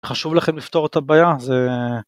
חשוב לכם לפתור את הבעיה זה.